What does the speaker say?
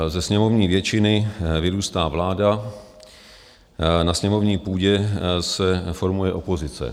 Ze sněmovní většiny vyrůstá vláda, na sněmovní půdě se formuje opozice.